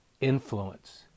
Influence